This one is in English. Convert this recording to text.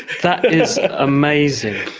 that is amazing!